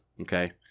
Okay